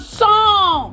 song